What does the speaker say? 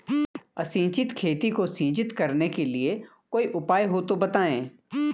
असिंचित खेती को सिंचित करने के लिए कोई उपाय हो तो बताएं?